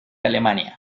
alemania